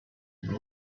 and